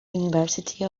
university